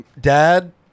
dad